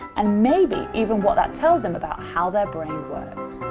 and maybe even what that tells them about how their brain.